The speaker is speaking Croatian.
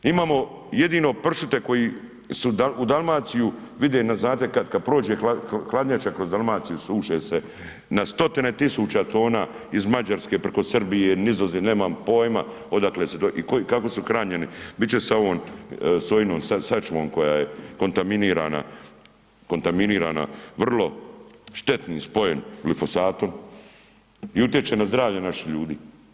Imamo jedino pršute koji su u Dalmaciju, vide znate kad, kad prođe hladnjača kroz Dalmaciju, suše se na 100-tine tisuća tona iz Mađarske preko Srbije, nemam poima odakle se i kako se hranjeni, bit će sa ovom sojinom sačmom koja je kontaminirana, kontaminirana vrlo štetnim spojem glifosatom i utječe na zdravlje naših ljudi.